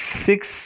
six